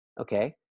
Okay